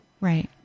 Right